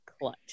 clutch